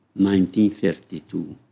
1932